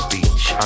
Beach